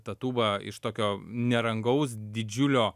ta tūba iš tokio nerangaus didžiulio